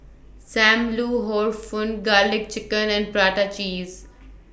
SAM Lau Hor Fun Garlic Chicken and Prata Cheese